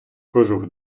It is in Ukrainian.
кожух